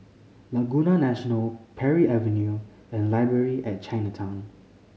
Laguna National Parry Avenue and Library at Chinatown